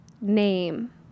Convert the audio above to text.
name